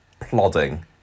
plodding